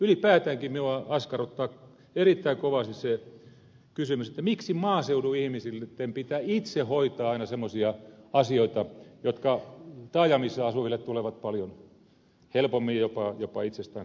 ylipäätäänkin minua askarruttaa erittäin kovasti se kysymys miksi maaseudun ihmisten pitää aina itse hoitaa semmoisia asioita jotka taajamissa asuville tulevat paljon helpommin ja jopa itsestäänkuuluvasti